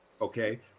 Okay